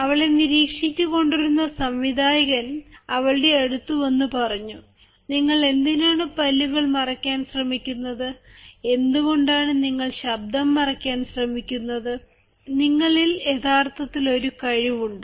അവളെ നിരീക്ഷിച്ചുകൊണ്ടിരുന്ന സംവിധായകർ അവളുടെ അടുത്ത് വന്ന് പറഞ്ഞു നിങ്ങൾ എന്തിനാണ് പല്ല് മറയ്ക്കാൻ ശ്രമിക്കുന്നത് എന്തുകൊണ്ടാണ് നിങ്ങൾ ശബ്ദം മറയ്ക്കാൻ ശ്രമിക്കുന്നത് നിങ്ങളിൽ യഥാർത്ഥത്തിൽ ഒരു കഴിവുണ്ട്